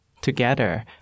together